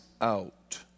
out